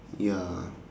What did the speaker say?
ya